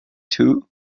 too